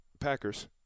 Packers